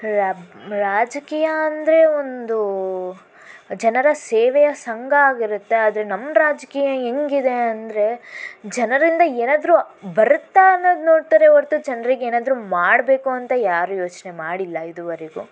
ರಾ ರಾಜಕೀಯ ಅಂದರೆ ಒಂದು ಜನರ ಸೇವೆಯ ಸಂಘ ಆಗಿರತ್ತೆ ಆದರೆ ನಮ್ಮ ರಾಜಕೀಯ ಹೇಗಿದೆ ಅಂದರೆ ಜನರಿಂದ ಏನಾದರೂ ಬರತ್ತಾ ಅನ್ನೋದು ನೋಡ್ತಾರೆ ಹೊರತು ಜನರಿಗೆ ಏನಾದರೂ ಮಾಡಬೇಕು ಅಂತ ಯಾರೂ ಯೋಚನೆ ಮಾಡಿಲ್ಲ ಇದುವರೆಗೂ